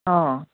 অঁ